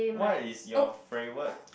what is your favourite